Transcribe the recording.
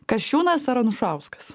kasčiūnas ar anušauskas